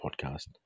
podcast